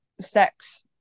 sex